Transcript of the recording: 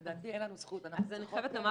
לדעתי אין לנו זכות -- אז אני חייבת לומר